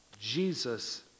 Jesus